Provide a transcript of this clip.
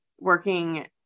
working